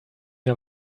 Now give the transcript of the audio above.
gar